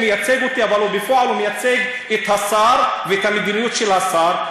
אבל בפועל הוא מייצג את השר ואת המדיניות של השר,